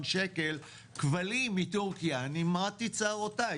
שקלים כבלים מתורכיה אני מרטתי את שערותיי.